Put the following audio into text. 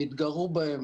התגרו בהם